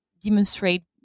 demonstrate